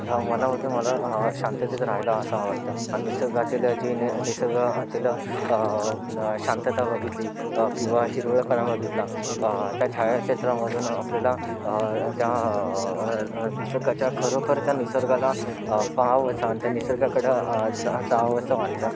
रा मनामधून मला शांततेत राहायला असं आवडतं आणि निसर्गातील जे नि निसर्ग तील शांतता बघितली किंवा हिरवळपणा बघितला त्या छायाचित्रामधून आपल्याला त्या निसर्गाच्या खरोखरचा निसर्गाला पाहावं शांत निसर्गाकडं जा जावंसं वाटतं